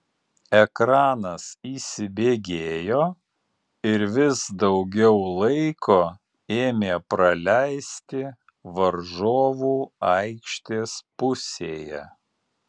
ekranas įsibėgėjo ir vis daugiau laiko ėmė praleisti varžovų aikštės pusėje